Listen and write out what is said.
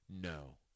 No